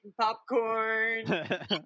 popcorn